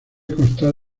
constar